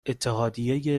اتحادیه